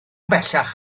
bellach